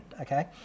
okay